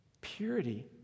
purity